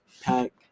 pack